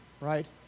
right